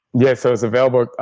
yeah so it's available.